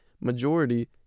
majority